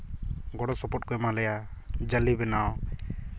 ᱜᱚᱲᱚᱥᱚᱯᱚᱦᱚᱫ ᱠᱚ ᱮᱢᱟ ᱞᱮᱭᱟ ᱡᱟᱹᱞᱤ ᱵᱮᱱᱟᱣ